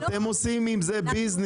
אתם עושים עם זה "ביזנס".